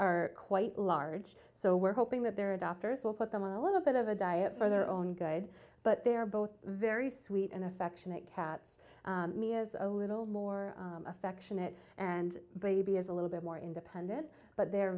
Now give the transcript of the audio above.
are quite large so we're hoping that their adopters will put them on a little bit of a diet for their own good but they're both very sweet and affectionate cats mia's a little more affectionate and the baby is a little bit more independent but they're